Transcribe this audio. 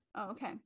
Okay